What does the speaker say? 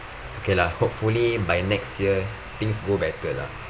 it's okay lah hopefully by next year things go better [;ah]